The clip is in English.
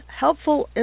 helpful